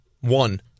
one